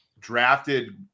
drafted